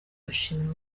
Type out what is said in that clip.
bashimira